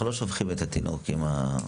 אנחנו לא שופכים את התינוק עם המים.